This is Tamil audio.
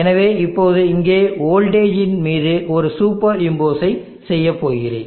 எனவே இப்போது இங்கே வோல்டேஜ் இன் மீது ஒரு சூப்பர் இம்போஸ் ஐ செய்யப்போகிறேன்